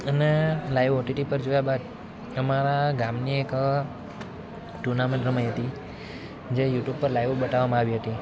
અને live OTT પર જોયા બાદ અમારા ગામની એક ટૂનામેન્ટ રમાઈ હતી જે યુટ્યુબ પર લાઈવ બતાવવામાં આવી હતી